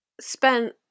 spent